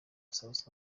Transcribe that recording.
south